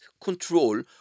control